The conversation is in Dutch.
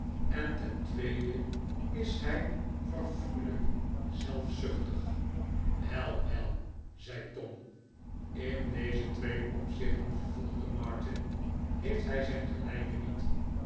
en ten tweede is hij verfoeilijk zelfzuchtig wel wel zei tom in deze twee opzichten vervolgde martin heeft hij zijn gelijke niet